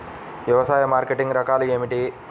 వ్యవసాయ మార్కెటింగ్ రకాలు ఏమిటి?